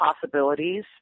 Possibilities